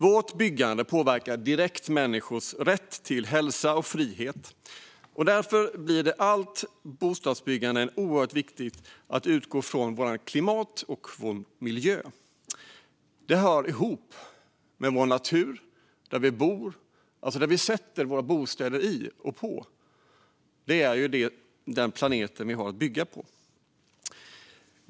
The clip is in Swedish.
Vårt byggande påverkar direkt människors rätt till hälsa och frihet. Därför blir det med allt bostadsbyggande oerhört viktigt att utgå från vårt klimat och vår miljö. Var vi bor hör ihop med vår natur. Det handlar alltså om var vi sätter våra bostäder. Det är ju denna planet vi har att bygga på.